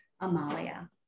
Amalia